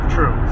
True